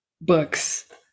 books